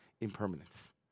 impermanence